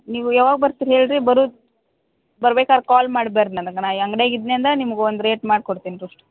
ನೀವು ಯಾವಾಗ ಬರ್ತೀರ ಹೇಳಿ ರೀ ಬರು ಬರ್ಬೇಕಾರೆ ಕಾಲ್ ಮಾಡಿ ಬರ್ರಿ ನನಗ ನಾ ಅಂಗ್ಡ್ಯಾಗೆ ಇದ್ದನೆ ಅಂದರೆ ನಿಮ್ಗೆ ಒಂದು ರೇಟ್ ಮಾಡಿ ಕೊಡ್ತಿನಿ